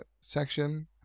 section